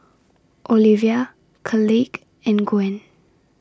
Olivia Kaleigh and Gwyn